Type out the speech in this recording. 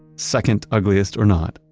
second ugliest or not,